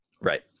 right